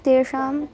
तेषाम्